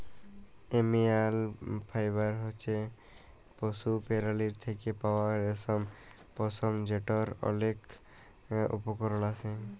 animal fibre হছে পশু পেরালীর থ্যাকে পাউয়া রেশম, পশম যেটর অলেক উপকরল আসে